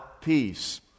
peace